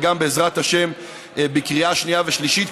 וגם בעזרת השם בקריאה שנייה ושלישית,